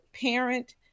parent